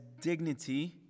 dignity